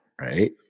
right